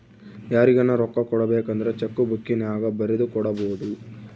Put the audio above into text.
ಯಾರಿಗನ ರೊಕ್ಕ ಕೊಡಬೇಕಂದ್ರ ಚೆಕ್ಕು ಬುಕ್ಕಿನ್ಯಾಗ ಬರೆದು ಕೊಡಬೊದು